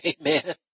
Amen